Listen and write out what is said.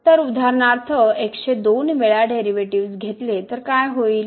तर उदाहरणार्थ x चे दोन वेळा डेरिव्हेटिव्हज घेतले तर काय होईल